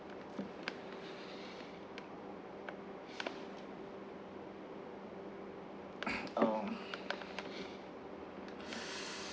um